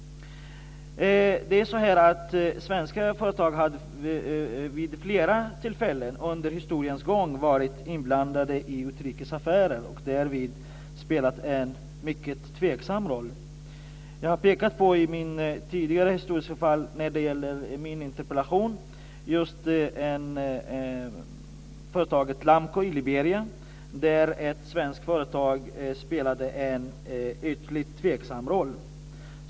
Svenska företag har vid flera tillfällen under historiens gång varit inblandade i utrikes affärer och därvid spelat en mycket tveksam roll. Jag har i min interpellation pekat på tidigare historiska fall och företaget Lamco i Liberia. Där spelade ett svenskt företag en ytterligt tveksam roll.